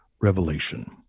revelation